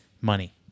money